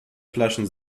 flaschen